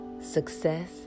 success